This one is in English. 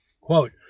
Quote